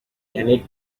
yannick